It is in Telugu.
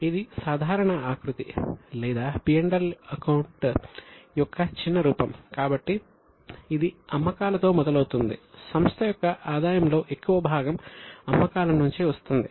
ఇది సాధారణ ఆకృతి లేదా P L అకౌంట్ యొక్క చిన్న రూపం కాబట్టి ఇది అమ్మకాలతో మొదలవుతుంది సంస్థ యొక్క ఆదాయంలో ఎక్కువ భాగం అమ్మకాల నుంచే వస్తుంది